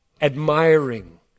admiring